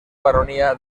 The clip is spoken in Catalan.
baronia